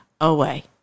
away